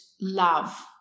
love